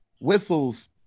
whistles